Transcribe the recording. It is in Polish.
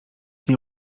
nie